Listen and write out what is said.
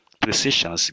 precision